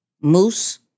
Moose